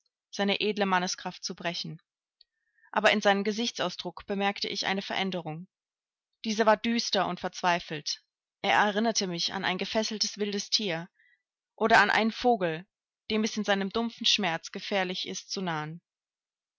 seine edle manneskraft zu brechen aber in seinem gesichtsausdruck bemerkte ich eine veränderung dieser war düster und verzweifelt er erinnerte mich an ein gefesseltes wildes tier oder an einen vogel dem es in seinem dumpfen schmerz gefährlich ist zu nahen